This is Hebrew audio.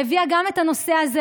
הביאה גם את הנושא הזה,